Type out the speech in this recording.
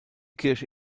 kirche